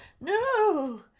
no